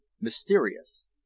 mysterious